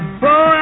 boy